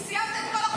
סיימת את כל החוקים שלך,